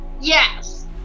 yes